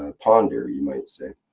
ah ponder, you might say.